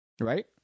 Right